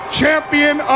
champion